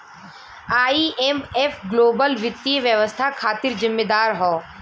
IMF global वित्तीय व्यवस्था खातिर जिम्मेदार हौ